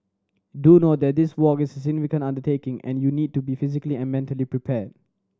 do note that this walk is a significant undertaking and you need to be physically and mentally prepared